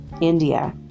India